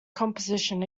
composition